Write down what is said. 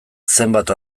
zenbat